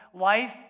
life